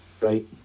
right